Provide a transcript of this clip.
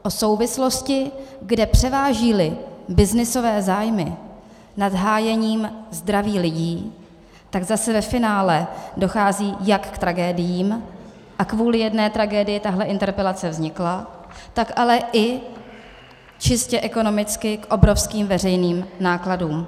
O souvislosti, kde převážíli byznysové zájmy nad hájením zdraví lidí, tak zase ve finále dochází jak k tragédiím, a kvůli jedné tragédii tahle interpelace vznikla, tak ale i čistě ekonomicky k obrovským veřejným nákladům.